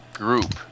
group